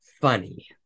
funny